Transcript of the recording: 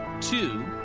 Two